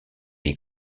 est